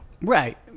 Right